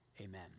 Amen